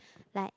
like